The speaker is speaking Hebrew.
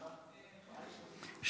הכנסת עמית הלוי, בעד.